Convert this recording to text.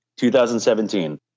2017